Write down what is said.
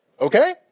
Okay